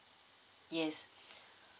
yes